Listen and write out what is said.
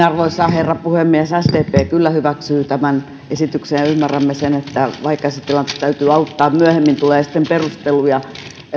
arvoisa herra puhemies sdp kyllä hyväksyy tämän esityksen ja ymmärrämme sen että vaikka sitä tilannetta täytyy auttaa myöhemmin tulee sitten perusteluja